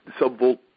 subvolt